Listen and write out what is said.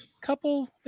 couple